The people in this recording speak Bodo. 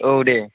औ दे